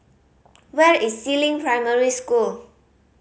where is Si Ling Primary School